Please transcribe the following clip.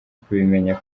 kubimenya